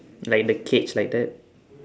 like the cage like that